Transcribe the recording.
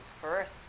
First